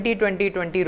2020